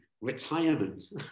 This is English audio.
retirement